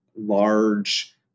large